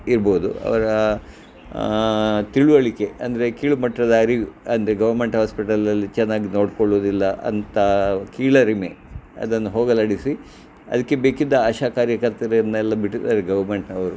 ಇರ್ಬೋದು ಅವರ ತಿಳುವಳಿಕೆ ಅಂದರೆ ಕೀಳುಮಟ್ಟದ ಅರಿವು ಅಂದರೆ ಗವರ್ಮೆಂಟ್ ಹಾಸ್ಪಿಟಲ್ನಲ್ಲಿ ಚೆನ್ನಾಗಿ ನೋಡ್ಕೊಳ್ಳೋದಿಲ್ಲ ಅಂತ ಕೀಳರಿಮೆ ಅದನ್ನು ಹೋಗಲಾಡಿಸಿ ಅದಕ್ಕೆ ಬೇಕಿದ್ದ ಆಶಾಕಾರ್ಯಕರ್ತರನ್ನೆಲ್ಲ ಬಿಟ್ಟಿದ್ದಾರೆ ಗವರ್ಮೆಂಟ್ನವರು